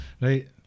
Right